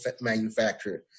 manufacturer